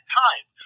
time